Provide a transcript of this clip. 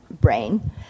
brain